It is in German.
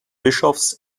bischofs